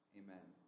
amen